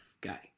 guy